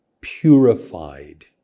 purified